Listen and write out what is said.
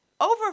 over